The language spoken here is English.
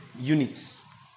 units